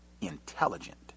intelligent